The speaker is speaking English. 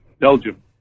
Belgium